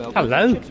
hello!